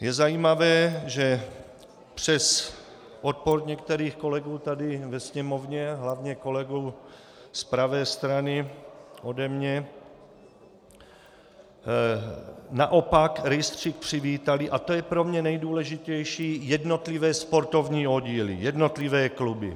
Je zajímavé, že přes odpor některých kolegů tady ve Sněmovně, hlavně kolegů z pravé strany ode mě, naopak rejstřík přivítaly, a to je pro mě nejdůležitější, jednotlivé sportovní oddíly, jednotlivé kluby.